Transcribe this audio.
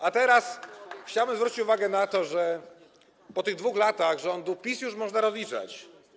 A teraz chciałbym zwrócić uwagę na to, że po tych 2 latach rządów PiS już można rozliczać.